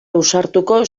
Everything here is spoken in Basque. ausartuko